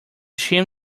seam